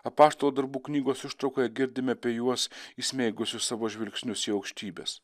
apaštalų darbų knygos ištraukoje girdime apie juos įsmeigusius savo žvilgsnius į aukštybes